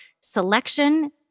selection